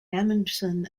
amundsen